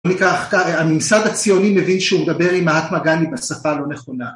ניקח, הממסד הציוני מבין שהוא מדבר עם האטמגני בשפה הלא נכונה.